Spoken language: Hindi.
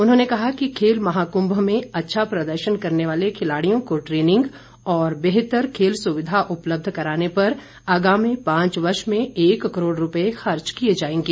उन्होंने कहा कि खेल महाकुंभ में अच्छा प्रदर्शन करने वाले खिलाड़ियों को ट्रेनिंग और बेहतर खेल सुविधा उपलब्ध कराने पर आगामी पांच वर्ष में एक करोड़ रुपए खर्च किए जाएंगे